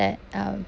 that um